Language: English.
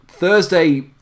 Thursday